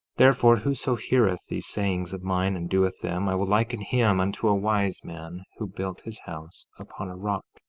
therefore, whoso heareth these sayings of mine and doeth them, i will liken him unto a wise man, who built his house upon a rock